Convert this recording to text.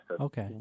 Okay